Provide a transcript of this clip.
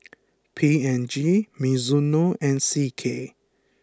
P N G Mizuno and C K